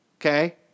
okay